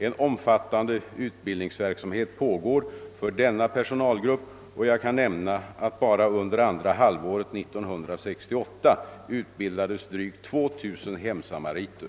En omfattande utbildningsverksamhet pågår för denna personalgrupp, och jag kan nämna att bara under andra halvåret 1968 utbildades drygt 2000 hemsamariter.